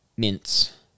Mints